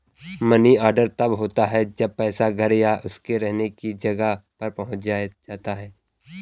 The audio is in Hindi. मनी ऑर्डर तब होता है जब पैसा घर या उसके रहने की जगह पर पहुंचाया जाता है